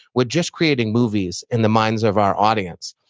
we're just creating movies in the minds of our audience.